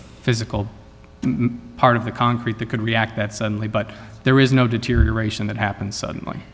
physical part of the concrete that could react that suddenly but there is no deterioration that happen